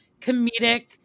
comedic